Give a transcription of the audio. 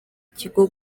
ikigo